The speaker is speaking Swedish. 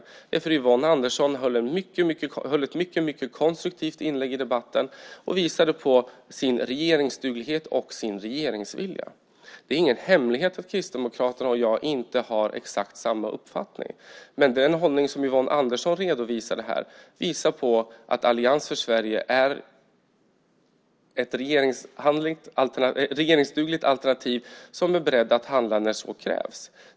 Jag tycker att Yvonne Andersson gjorde ett mycket konstruktivt inlägg i debatten och visade sin regeringsduglighet och sin regeringsvilja. Det är ingen hemlighet att Kristdemokraterna och jag inte har exakt samma uppfattning, men den hållning som Yvonne Andersson här redovisade visar att Allians för Sverige är ett regeringsdugligt alternativ och är beredd att handla när så krävs.